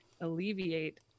alleviate